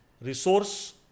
resource